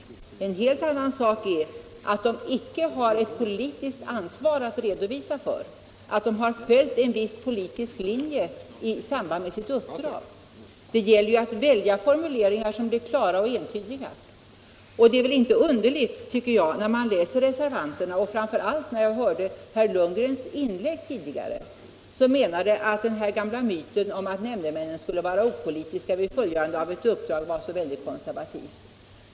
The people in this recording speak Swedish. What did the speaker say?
En helt annan sak är att de icke har ett politiskt ansvar att redovisa för — att de följt en viss politisk linje i samband med sitt uppdrag. Det gäller att välja formuleringar som blir klara och entydiga. Det är väl inte underligt, tycker jag, när man läser reservanternas formuleringar och framför allt när man hörde herr Lundgrens inlägg i debatten tidigare där han menade att den gamla myten om att nämndemännen skulle vara opolitiska vid fullgörandet av ett uppdrag var något så väldigt konservativt.